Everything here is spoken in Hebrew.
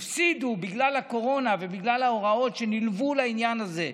הפסידו בגלל הקורונה ובגלל ההוראות שנלוו לעניין הזה,